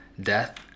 Death